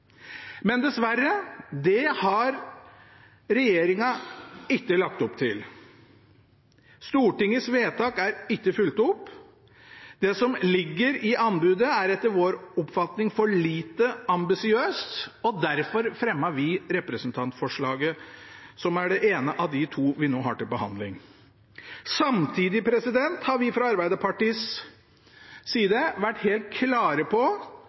Men dessverre, det har regjeringen ikke lagt opp til. Stortingets vedtak er ikke fulgt opp. Det som ligger i anbudet, er etter vår oppfatning for lite ambisiøst, og derfor fremmet vi representantforslaget som er det ene av de to vi nå har til behandling. Samtidig har vi fra Arbeiderpartiets side vært helt klare på